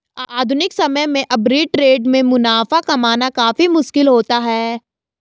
आधुनिक समय में आर्बिट्रेट से मुनाफा कमाना काफी मुश्किल है